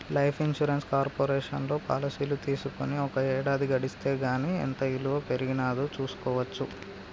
life insurance కార్పొరేషన్లో పాలసీలు తీసుకొని ఒక ఏడాది గడిస్తే గానీ ఎంత ఇలువ పెరిగినాదో చూస్కోవచ్చు